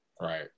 Right